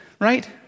right